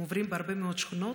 הם עוברים בהרבה מאוד שכונות,